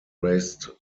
raised